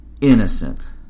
Innocent